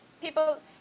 people